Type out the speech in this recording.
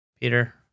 Peter